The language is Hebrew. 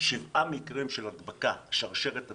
שבעה מקרים של שרשרת הדבקה.